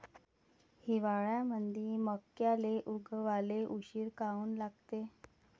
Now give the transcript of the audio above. हिवाळ्यामंदी मक्याले उगवाले उशीर काऊन लागते?